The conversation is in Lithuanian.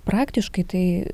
praktiškai tai